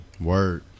Word